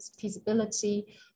feasibility